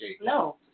No